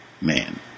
Man